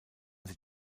sie